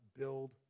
build